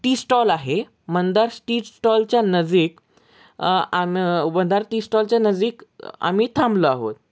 T stall आहे मंदार स्टी स्टॉलच्या नजीक आम मंदार टी स्टॉलच्या नजीक आम्ही थांबलो आहोत